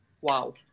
Wow